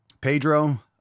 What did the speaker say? Pedro